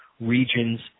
regions –